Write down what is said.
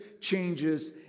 changes